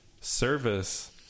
service